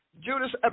Judas